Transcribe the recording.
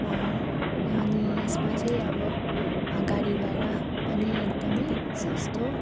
अनि यसमा चाहिँ अब गाडी भाडा पनि एकदम सस्तो